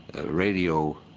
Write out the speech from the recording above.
radio